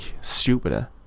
stupider